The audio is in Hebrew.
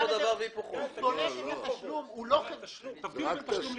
תבחינו בין תשלום ובין גבייה.